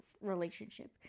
relationship